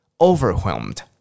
overwhelmed